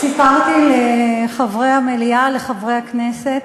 סיפרתי לחברי המליאה, לחברי הכנסת,